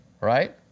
right